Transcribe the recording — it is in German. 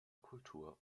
kultur